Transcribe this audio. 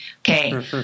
okay